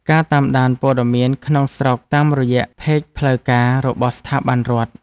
ការតាមដានព័ត៌មានក្នុងស្រុកតាមរយៈផេកផ្លូវការរបស់ស្ថាប័នរដ្ឋ។